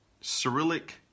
Cyrillic